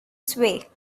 sway